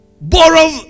borrow